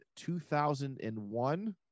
2001